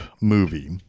movie